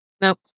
Nope